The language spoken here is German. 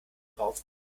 drauf